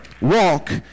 walk